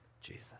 Jesus